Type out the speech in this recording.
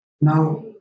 Now